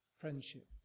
Friendship